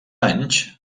anys